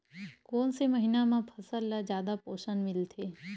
कोन से महीना म फसल ल जादा पोषण मिलथे?